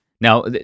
Now